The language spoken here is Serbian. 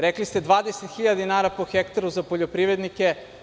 Rekli ste – 20.000 dinara po ha za poljoprivrednike.